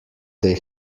they